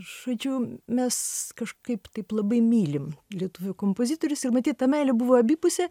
žodžiu mes kažkaip taip labai mylim lietuvių kompozitorius ir matyt ta meilė buvo abipusė